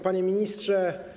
Panie Ministrze!